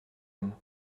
homme